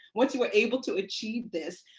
once you are able to achieve this,